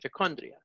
mitochondria